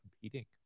competing